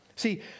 See